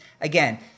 again